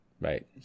right